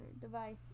device